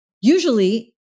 usually